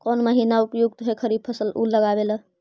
कौन महीना उपयुकत है खरिफ लगावे ला?